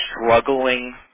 struggling